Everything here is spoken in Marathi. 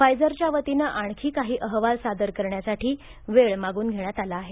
फायझरच्या वतीनं आणखी काही अहवाल सादर करण्यासाठी वेळ मागून घेण्यात आला आहे